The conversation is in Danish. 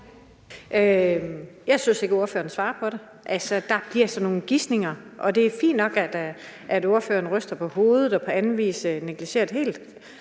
Jeg synes ikke, at ordføreren svarer på det. Der kommer sådan nogle gisninger, og det er fint nok, at ordføreren ryster på hovedet og på anden vis negligerer et